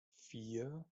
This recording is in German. vier